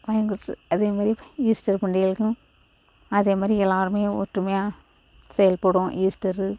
வாங்கிக் கொடுத்து அதே மாதிரி ஈஸ்டர் பண்டிகைகளுக்கும் அதே மாதிரி எல்லோருமே ஒற்றுமையாக செயல்படுவோம் ஈஸ்டரு